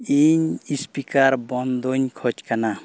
ᱤᱧ ᱵᱚᱱᱫᱚᱧ ᱠᱷᱚᱡᱽ ᱠᱟᱱᱟ